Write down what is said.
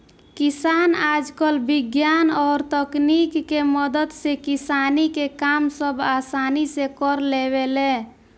किसान आजकल विज्ञान और तकनीक के मदद से किसानी के काम सब असानी से कर लेवेले